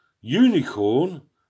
Unicorn